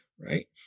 right